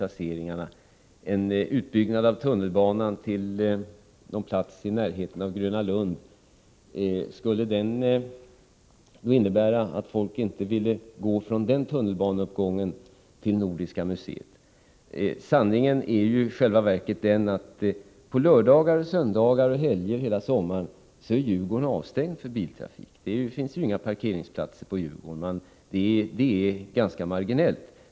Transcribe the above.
Man frågar sig om en utbyggnad av tunnelbanan till någon plats i närheten av Gröna Lund skulle innebära att folk inte skulle vilja gå från en tunnelbaneuppgång där till Nordiska museet. I själva verket är det ju också så att Djurgården är avstängd för biltrafik hela sommaren under lördagar, söndagar och helger. Det finns knappast några parkeringsplatser på Djurgården.